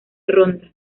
ronda